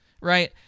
right